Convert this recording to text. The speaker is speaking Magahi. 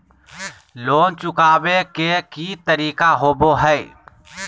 लोन चुकाबे के की तरीका होबो हइ?